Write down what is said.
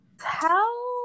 Tell